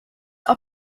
are